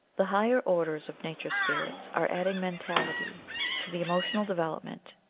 the higher orders of nature spirits are adding mentality to the emotional development,